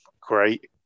great